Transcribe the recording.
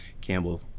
campbell